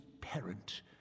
parent